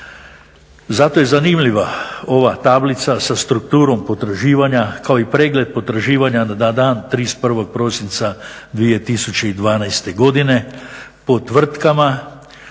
Zato je zanimljiva ova tablica sa strukturom potraživanja, kao i pregled potraživanja na dan 31. prosinca 2012. godine po tvrtkama